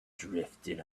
drifted